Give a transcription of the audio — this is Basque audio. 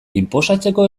inposatzeko